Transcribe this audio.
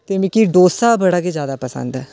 ते मिगी डोसा बड़ा गै ज्यादा पसंद ऐ